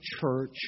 church